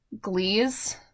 glee's